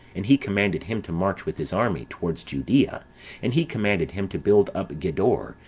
and he commanded him to march with his army towards judea and he commanded him to build up gedor,